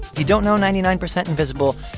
you don't know ninety nine percent invisible,